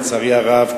לצערי הרב,